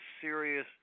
serious